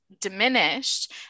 diminished